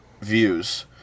views